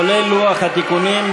כולל לוח התיקונים.